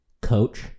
Coach